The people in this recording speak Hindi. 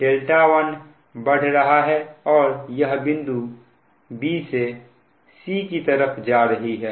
δ1 बढ़ रहा है और यह बिंदु b से c की तरफ जा रही है